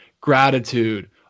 gratitude